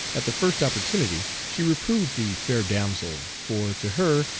at the first opportunity she reproved the fair damsel for, to her,